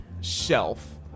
shelf